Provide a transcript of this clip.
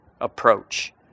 approach